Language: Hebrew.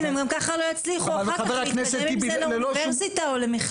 אם הם גם ככה לא יצליחו להתקדם עם זה לאוניברסיטה או למכללות.